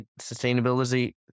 sustainability